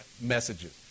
messages